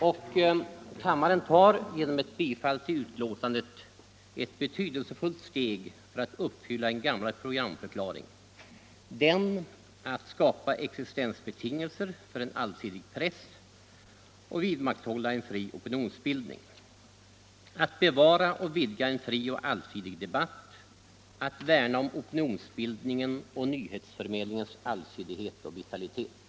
Nr 80 Riksdagen tar, genom ett bifall till föreliggande förslag, ett betydel Onsdagen den sefullt steg mot att förverkliga en gammal programförklaring, nämligen 14 maj 1975 att skapa existensbetingelser för en allsidig press och vidmakthålla en fri opinionsbildning, att bevara och vidga en fri och allsidig debatt och = Riktlinjer för att värna om opinionsbildningens och nyhetsförmedlingens allsidighet — invandraroch och vitalitet.